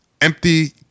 empty